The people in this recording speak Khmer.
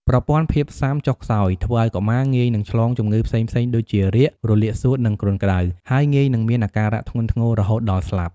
ប្រព័ន្ធភាពស៊ាំចុះខ្សោយ ធ្វើឱ្យកុមារងាយនឹងឆ្លងជំងឺផ្សេងៗដូចជា រាគ រលាកសួត និងគ្រុនក្តៅ ហើយងាយនឹងមានអាការៈធ្ងន់ធ្ងររហូតដល់ស្លាប់។